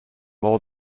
more